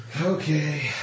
Okay